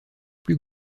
plus